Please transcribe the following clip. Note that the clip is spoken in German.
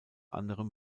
anderem